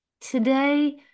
Today